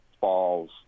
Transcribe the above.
falls